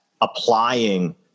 applying